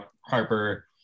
Harper